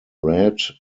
red